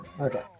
Okay